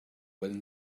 when